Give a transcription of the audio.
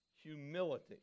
humility